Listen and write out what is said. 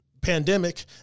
pandemic